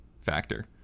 factor